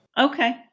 Okay